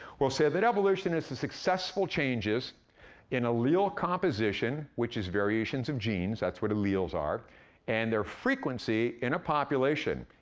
we'll say that evolution is the successful changes in allele composition which is variations of genes, that's what alleles are and their frequency in a population.